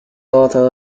author